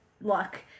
luck